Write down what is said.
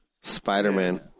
Spider-Man